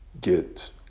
get